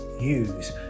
use